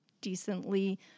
decently